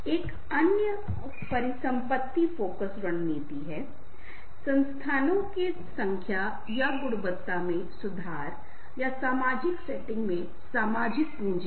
एक अन्य परीसंपत्ति फोकस रणनीति है संसाधनों की संख्या या गुणवत्ता में सुधार या सामाजिक सेटिंग में सामाजिक पूंजी